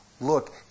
Look